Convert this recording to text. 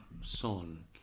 son